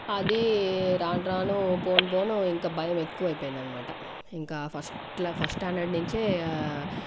అది రాన్ రాను పోన్ పోను ఇంకా భయం ఎక్కువైపోయిందన్మాట ఇంకా ఫస్ట్ ఫస్ట్ స్టాండర్డ్ నుంచే